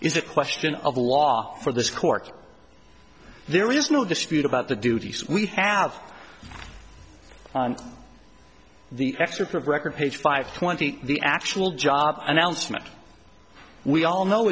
is a question of law for this court there is no dispute about the duties we have the excerpt of record page five twenty the actual job announcement we all know